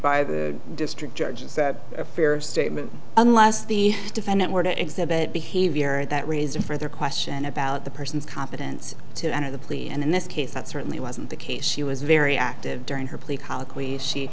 by the district judge is that a fair statement unless the defendant were to exhibit behavior that raised a further question about the person's confidence to enter the plea and in this case that certainly wasn't the case she was very active during her